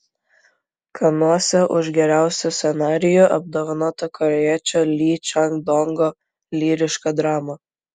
kanuose už geriausią scenarijų apdovanota korėjiečio ly čang dongo lyriška drama